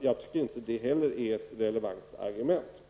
Jag tycker inte heller att det är ett relevant argument.